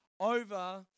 over